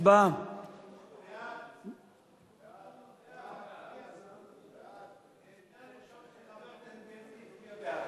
ההצעה להעביר את הצעת חוק שמירת הניקיון